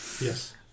Yes